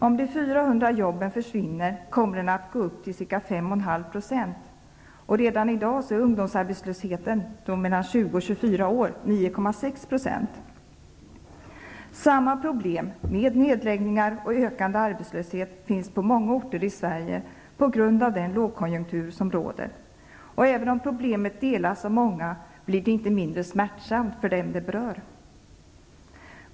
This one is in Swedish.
Om de 400 jobben försvinner kommer den att gå upp till ca 5,5 %. Ungdomsarbetslösheten, arbetslösheten bland ungdomar mellan 20 och 24 år, är redan i dag 9,6 %. Samma problem, med nedläggningar och ökande arbetslöshet, finns på många orter i Sverige på grund av den lågkonjunktur som råder. Även om problemet delas av många blir det inte mindre smärtsamt för dem det berör.